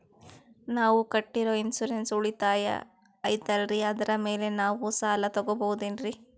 ನಾವು ಕಟ್ಟಿರೋ ಇನ್ಸೂರೆನ್ಸ್ ಉಳಿತಾಯ ಐತಾಲ್ರಿ ಅದರ ಮೇಲೆ ನಾವು ಸಾಲ ತಗೋಬಹುದೇನ್ರಿ?